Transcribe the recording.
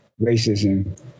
racism